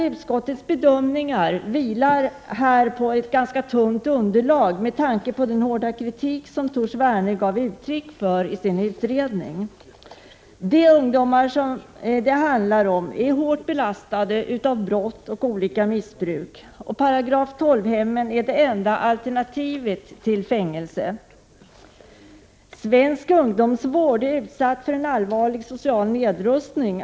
Utskottets bedömningar vilar här på ett ganska tunt underlag med tanke på den hårda kritik som Tor Sverne gav uttryck för i sin utredning. De ungdomar som de handlar om är hårt belastade av brott och olika missbruk. § 12-hemmen är enda alternativet till fängelse. ”Svensk ungdomsvård är utsatt för en allvarlig social nedrustning.